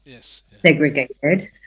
segregated